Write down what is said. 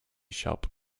shop